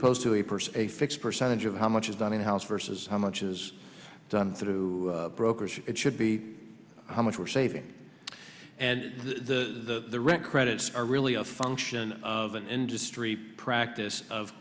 opposed to a person a fixed percentage of how much is done in the house vs how much is done through brokers it should be how much we're saving and the credits are really a function of an industry practice of